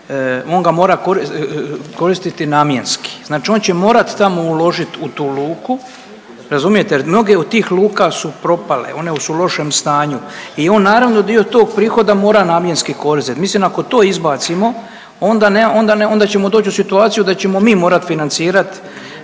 on ga mora koristiti namjenski. Znači on će morat tamo uložiti u tu luku, razumijete jer mnoge od tih luka su propale, one su u lošem stanju i on naravno dio tog prihoda mora namjenski koristiti. Mislim ako to izbacimo onda ćemo doći u situaciju da ćemo mi morat financirat